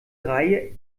reihe